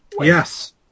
Yes